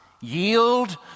yield